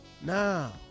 now